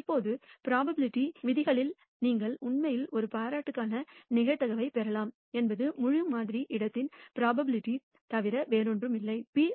இப்போது ப்ரோபபிலிட்டி விதிகளிலிருந்து நீங்கள் உண்மையில் ஒரு காம்ப்ளிமென்ட்க்கான நிகழ்தகவைப் பெறலாம் என்பது முழு மாதிரி இடத்தின் ப்ரோபபிலிட்டி தவிர வேறொன்றுமில்லை P